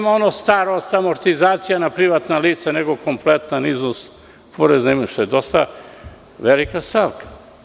Nema onog starog, amorticazacija na privatna lica nego kompletan iznos, porez na imovinu, što je dosta velika stavka.